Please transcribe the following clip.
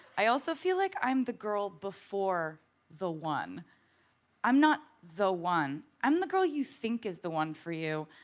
i also feel like i'm the girl before the one i'm not the one. i'm the girl you think is the one for you